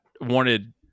wanted